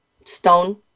Stone